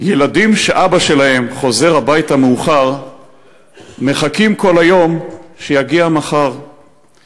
"ילדים שאבא שלהם חוזר הביתה מאוחר/ מחכים כל היום שיגיע מחר./